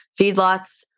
Feedlots